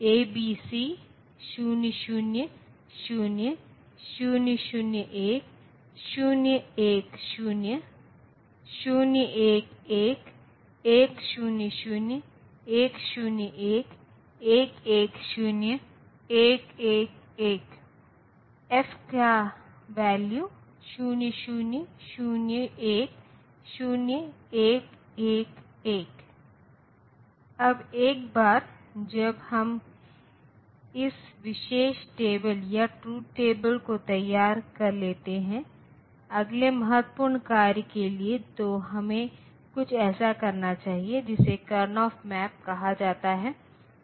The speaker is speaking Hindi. A B C F 0 0 0 0 0 0 1 0 0 1 0 0 0 1 1 1 1 0 0 0 1 0 1 1 1 1 0 1 1 1 1 1 अब एक बार जब हम इस विशेष टेबल या ट्रुथ टेबल को तैयार कर लेते हैं अगले महत्वपूर्ण कार्य के लिए तो हमें कुछ ऐसा करना चाहिए जिसे करएनफ मैप कहा जाता है